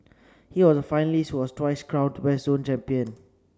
he was a finalist who was twice crowned West Zone champion